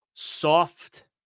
soft